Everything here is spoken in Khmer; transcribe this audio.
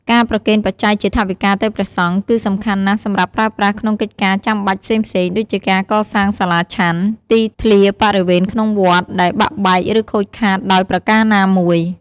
ការប្រគេនបច្ច័យជាថវិកាទៅព្រះសង្ឃ គឺសំខាន់ណាស់សម្រាប់ប្រើប្រាស់ក្នុងកិច្ចការចាំបាច់ផ្សេងៗ ដូចជាការកសាងសាលាឆាន់ ទីធ្លាបរិវេនក្នុងវត្ត ដែលបាក់បែកឫខូចខាតដោយប្រការណាមួយ។